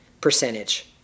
percentage